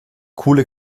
coole